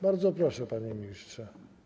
Bardzo proszę, panie ministrze.